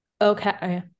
okay